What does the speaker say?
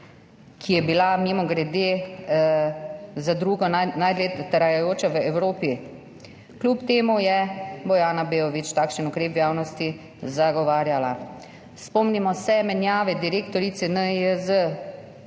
ki je bila, mimogrede, druga najdlje trajajoča v Evropi, kljub temu je Bojana Beović takšen ukrep v javnosti zagovarjala. Spomnimo se menjave direktorice NIJZ,